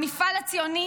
המפעל הציוני